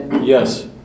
yes